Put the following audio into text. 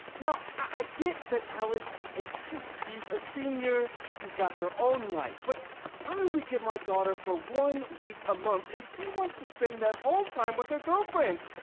i get that alice is eighteen. she's a senior. she's got her own life, but i only get my daughter for one week a month, and she wants to spend that whole time with her girlfriend,